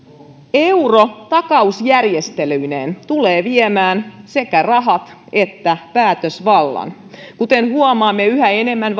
euro takausjärjestelyineen tulee viemään sekä rahat että päätösvallan kuten huomaamme yhä enemmän